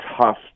tough